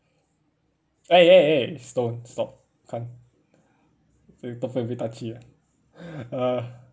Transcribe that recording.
eh eh eh stop can't topic a bit touchy ah uh